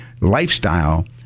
lifestyle